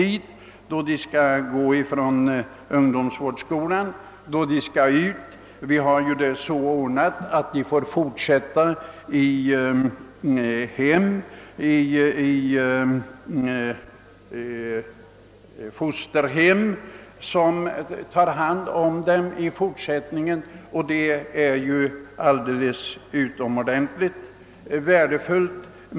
När ungdomarna slutar på ungdomsvårdsskolan har vi det så ordnat, att de tas om hand i fosterhem, och denna fortsatta vård är utomordentligt värdefull.